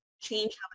change